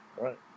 right